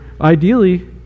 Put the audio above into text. ideally